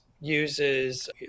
uses